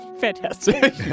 Fantastic